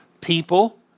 people